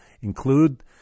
Include